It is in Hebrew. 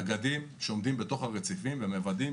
נגדים שעומדים בתוך הרציפים ומוודאים